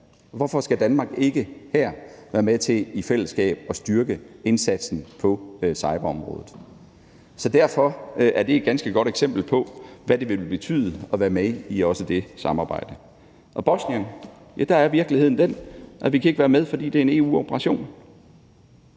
Hvorfor skal Danmark ikke her være med til i fællesskab at styrke indsatsen på cyberområdet? Derfor er det et ganske godt eksempel på, hvad det vil betyde at være med i også det samarbejde. Hvad angår Bosnien, er virkeligheden den, at vi ikke kan være med, fordi det er en EU-operation.